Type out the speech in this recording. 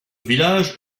village